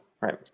right